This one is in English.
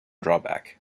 drawback